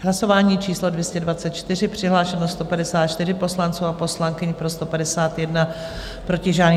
Hlasování číslo 224, přihlášeno 154 poslanců a poslankyň, pro 151, proti žádný.